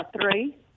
three